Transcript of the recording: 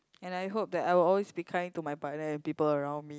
and I hope that I will always be kind to my partner and people around me